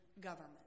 government